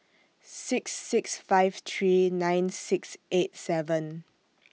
six six five three nine six eight seven